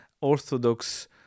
Orthodox